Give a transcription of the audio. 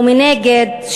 ומנגד,